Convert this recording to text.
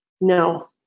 no